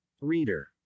Reader